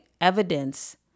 evidence